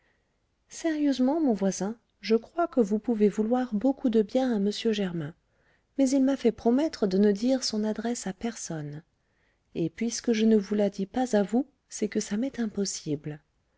sérieusement mon voisin je crois que vous pouvez vouloir beaucoup de bien à m germain mais il m'a fait promettre de ne dire son adresse à personne et puisque je ne vous la dis pas à vous c'est que ça m'est impossible